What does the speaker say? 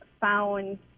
found